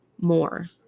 more